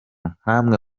nkamwe